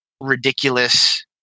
ridiculous